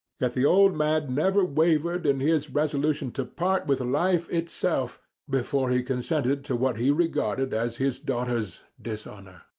yet the old man never wavered in and his resolution to part with life itself before he consented to what he regarded as his daughter's dishonour.